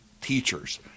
teachers